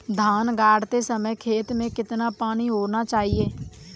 धान गाड़ते समय खेत में कितना पानी होना चाहिए?